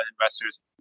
investors